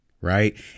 Right